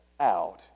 out